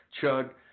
chug